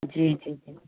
जी जी जी